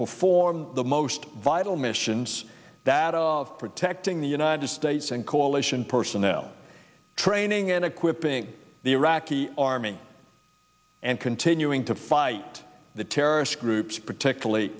perform the most vital missions that of protecting the united states and coalition personnel training and equipping the iraqi army and continuing to fight the terrorist groups particularly